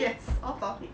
yes off topic